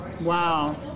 Wow